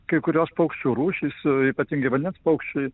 kai kurios paukščių rūšys ypatingai vandens paukščiai